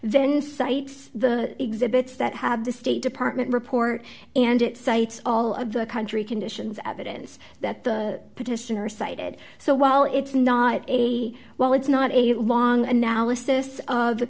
then cites the exhibits that have the state department report and it cites all of the country conditions evidence that the petitioner cited so while it's not a well it's not a long analysis of